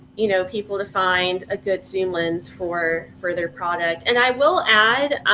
you know, people to find a good zoom lens for for their product and i will add,